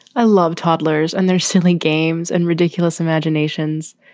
i love toddlers and their silly games and ridiculous imaginations.